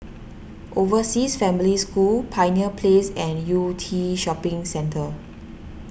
Overseas Family School Pioneer Place and Yew Tee Shopping Centre